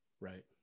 Right